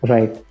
Right